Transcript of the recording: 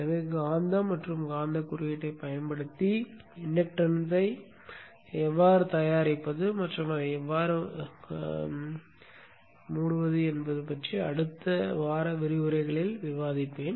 எனவே காந்தம் மற்றும் காந்தக் குறியீட்டைப் பயன்படுத்தி இண்டக்டன்ஸை எவ்வாறு தயாரிப்பது மற்றும் அதை எவ்வாறு மூடுவது என்பது பற்றி அடுத்த வார விரிவுரைகளில் விவாதிப்பேன்